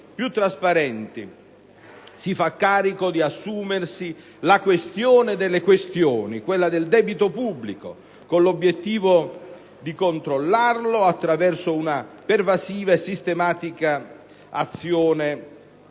più trasparenti, si fa carico di assumersi la questione delle questioni, quella del debito pubblico, con l'obiettivo di controllarlo attraverso una pervasiva e sistematica azione dello